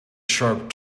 sharp